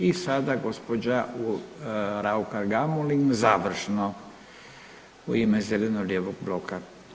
I sada gospođa Raukar Gamulin završno u ime zeleno-lijevog bloka.